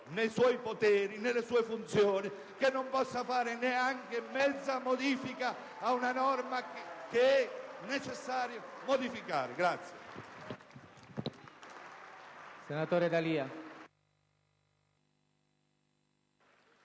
dei suoi poteri e delle sue funzioni*,* che non possa apportare neanche mezza modifica ad una norma che è necessario modificare.